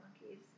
monkeys